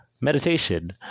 meditation